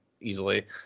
easily